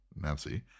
Nancy